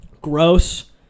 Gross